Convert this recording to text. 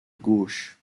gauche